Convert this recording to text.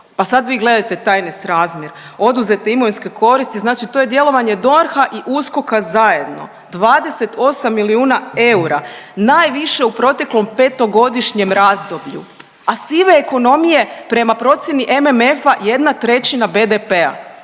Pa sad vi gledajte taj nesrazmjer oduzete imovinske koristi, znači to je djelovanje DORH-a i USKOK-a zajedno, 28 milijuna eura najviše u proteklom petogodišnjem razdoblju, a sive ekonomije prema procjeni MMF 1/3 BDP-a.